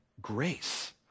grace